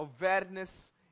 awareness